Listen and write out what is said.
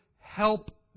help